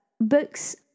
books